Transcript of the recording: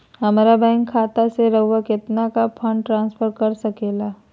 हमरा बैंक खाता से रहुआ कितना का फंड ट्रांसफर कर सके ला?